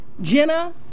Jenna